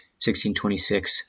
1626